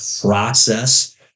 process